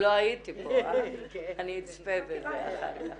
אני אצפה בזה אחר כך.